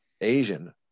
Asian